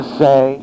say